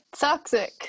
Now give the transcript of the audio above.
Toxic